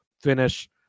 finish